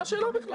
מה השאלה בכלל.